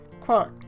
Quote